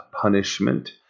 punishment